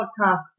podcast